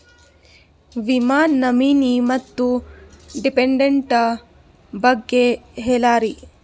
ವಿಮಾ ನಾಮಿನಿ ಮತ್ತು ಡಿಪೆಂಡಂಟ ಬಗ್ಗೆ ಹೇಳರಿ?